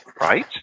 Right